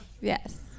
yes